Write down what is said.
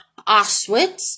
Auschwitz